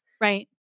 right